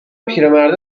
پیرمرده